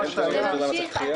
מה שהיה --- זה ממשיך.